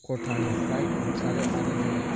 खथानिफ्राय ओंखारो आरो जोङो